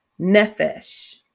Nefesh